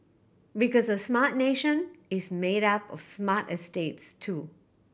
because a smart nation is made up of smart estates too